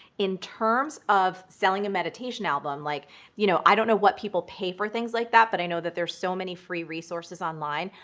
in terms of selling a meditation album, like you know i don't know what people pay for things like that, but i know that there's so many free resources online.